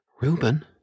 Reuben